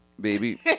baby